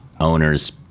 owners